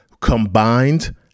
combined